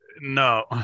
No